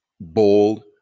bold